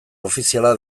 ofiziala